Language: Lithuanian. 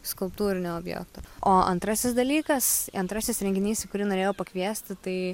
skulptūrinio objekto o antrasis dalykas antrasis renginys į kurį norėjau pakviesti tai